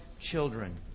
children